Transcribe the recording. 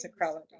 sacrality